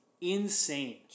insane